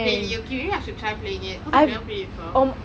really okay maybe I should try playing it because I never play before